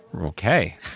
Okay